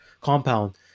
compound